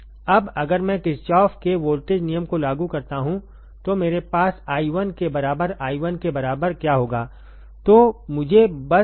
अब अगर मैं किरचॉफ के वोल्टेज नियम को लागू करता हूं तो मेरे पास i1 के बराबर i1 के बराबर क्या होगा